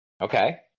Okay